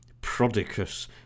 prodicus